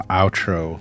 outro